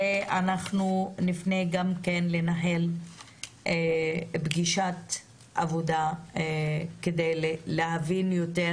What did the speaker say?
ואנחנו נפנה גם כן לנהל פגישת עבודה כדי להבין יותר